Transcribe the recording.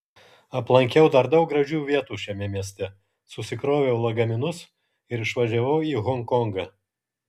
aplankiau dar daug gražių vietų šiame mieste susikroviau lagaminus ir išvažiavau į honkongą